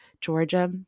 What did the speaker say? Georgia